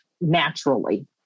naturally